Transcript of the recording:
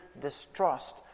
distrust